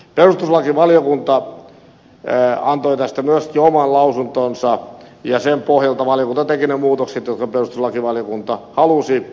perustuslakivaliokunta antoi tästä myöskin oman lausuntonsa ja sen pohjalta valiokunta teki ne muutokset jotka perustuslakivaliokunta halusi